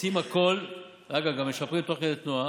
ועושים הכול, אגב, גם משפרים תוך כדי תנועה,